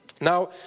Now